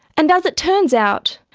and as it turns out,